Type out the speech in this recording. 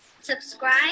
subscribe